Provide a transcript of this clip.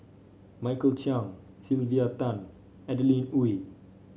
Michael Chiang Sylvia Tan Adeline Ooi